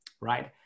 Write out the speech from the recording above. right